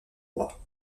roi